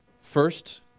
first